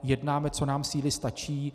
Jednáme, co nám síly stačí.